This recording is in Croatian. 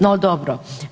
No, dobro.